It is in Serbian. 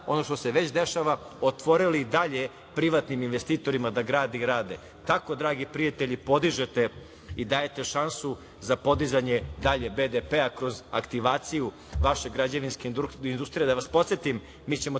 ono što se već dešava, otvorili dalje privatnim investitorima da grade i rade. Tako, dragi prijatelji, podižete i dajete šansu za podizanje dalje BDP kroz aktivaciju vaše građevinske industrije. Da vas podsetim, mi ćemo